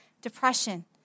depression